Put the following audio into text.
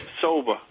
sober